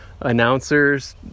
announcer's